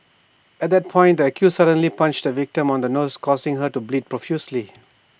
at that point the accused suddenly punched the victim on the nose causing her to bleed profusely